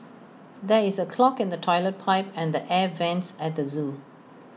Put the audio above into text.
there is A clog in the Toilet Pipe and the air Vents at the Zoo